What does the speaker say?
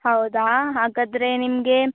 ಹೌದಾ ಹಾಗಾದರೆ ನಿಮಗೆ